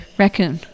raccoon